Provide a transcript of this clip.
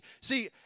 see